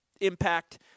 impact